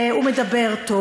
הוא מדבר טוב.